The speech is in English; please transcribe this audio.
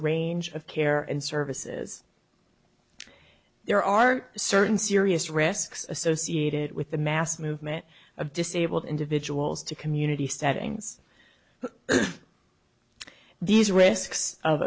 range of care and services there are certain serious risks associated with the mass movement of disabled individuals to community settings these risks of